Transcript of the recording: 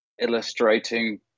illustrating